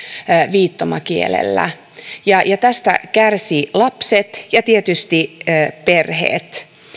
viittomakielellä tästä kärsivät lapset ja tietysti perheet